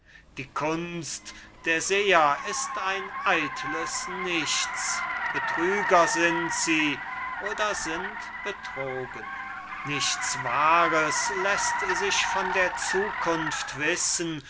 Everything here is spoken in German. die kunst der seher ist ein eitles nichts betrüger sind sie oder sind betrogen nichts wahres läßt sich von der zukunft wissen